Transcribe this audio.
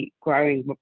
growing